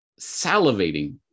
salivating